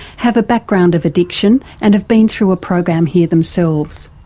have a background of addiction and have been through a program here themselves.